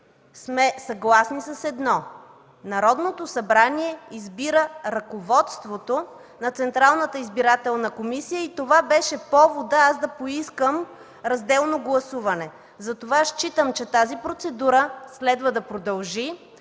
сме съгласни с едно: Народното събрание избира ръководството на Централната избирателна комисия и това беше поводът аз да поискам разделно гласуване. Затова считам, че тази процедура следва да продължи,